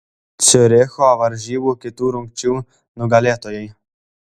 ciuricho varžybų kitų rungčių nugalėtojai